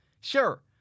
Sure